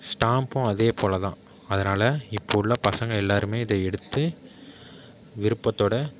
ஸ்டாம்ப்பும் அதேப்போல் தான் அதனால் இப்போ உள்ள பசங்க எல்லோருமே இதை எடுத்து விருப்பத்தோடய